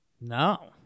No